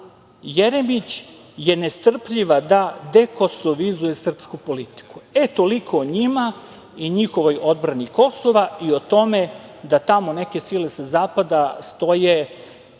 Jeremić je nestrpljiva da dekosovizuje srpsku politiku. Toliko o njima i njihovoj odbrani Kosova i o tome da tamo neke sile sa zapada stoje